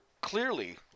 clearly